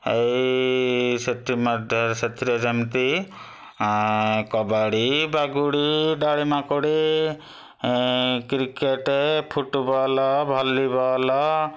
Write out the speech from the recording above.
ଏଇ ସେଥିମଧ୍ୟ ସେଥିରେ ଯେମିତି କବାଡ଼ି ବାଗୁଡ଼ି ଡ଼ାଳି ମାଙ୍କୁଡ଼ି କ୍ରିକେଟ୍ ଫୁଟବଲ୍ ଭଲିବଲ୍